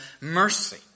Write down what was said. mercy